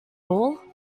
all